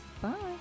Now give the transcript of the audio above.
Bye